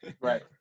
Right